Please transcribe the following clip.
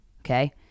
okay